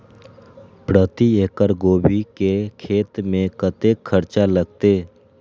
प्रति एकड़ गोभी के खेत में कतेक खर्चा लगते?